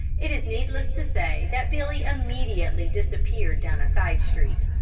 it is needless to say that billy immediately disappeared down a side street.